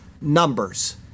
numbers